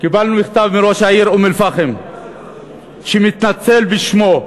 קיבלנו מכתב מראש העיר אום-אלפחם שמתנצל בשמו.